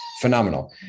Phenomenal